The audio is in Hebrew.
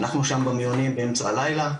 אנחנו שם במיונים באמצע הלילה,